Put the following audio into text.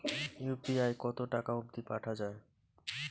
UPI কতো টাকা অব্দি পাঠা যায়?